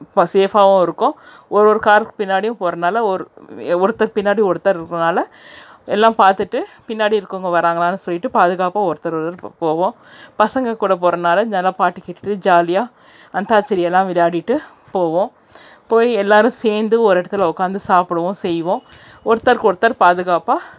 ஃபா சேஃபாகவும் இருக்கும் ஒரு ஒரு காருக்கு பின்னாடியும் போகிறனால ஒரு ஒருத்தர் பின்னாடி ஒருத்தர் இருக்கிறனால எல்லாம் பார்த்துட்டு பின்னாடி இருக்கறவங்க வராங்களானு சொல்லிட்டு பாதுகாப்பாக ஒருத்தர் போவோம் பசங்கள் கூட போகிறனால நல்லா பாட்டு கேட்டுட்டு ஜாலியாக அந்தாச்சரி எல்லாம் விளையாடிகிட்டு போவோம் போய் எல்லாரும் சேர்ந்து ஒரு இடத்துல உக்கார்ந்து சாப்பிடுவோம் செய்வோம் ஒருத்தருக்கு ஒருத்தர் பாதுகாப்பாக